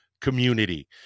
community